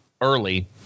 early